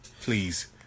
Please